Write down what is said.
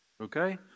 okay